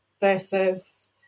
versus